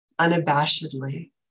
unabashedly